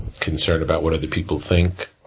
concern about what other people think.